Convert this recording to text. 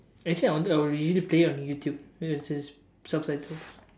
actually I wanted I'll originally play it on YouTube then it has subtitles